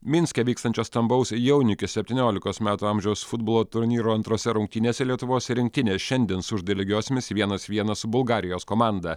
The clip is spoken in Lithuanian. minske vykstančio stambaus jaunių iki septyniolikos metų amžiaus futbolo turnyro antrose rungtynėse lietuvos rinktinė šiandien sužaidė lygiosiomis vienas vienas su bulgarijos komanda